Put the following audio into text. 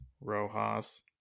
Rojas